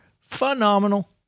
phenomenal